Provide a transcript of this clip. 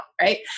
right